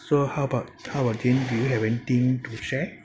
so how about how about do you do you have anything to share